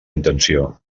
intenció